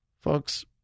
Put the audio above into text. folks